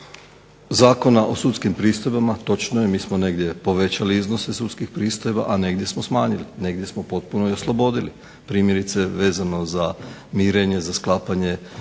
Zakona o sudskim pristojbama, točno je mi smo negdje povećali iznose sudskih pristojbi, a negdje smo smanjili, negdje smo potpuno oslobodili. Primjerice, vezano za mirenje, za sklapanje